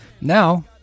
Now